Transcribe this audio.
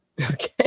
Okay